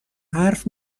حرف